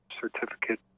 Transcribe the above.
certificate